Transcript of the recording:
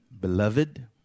Beloved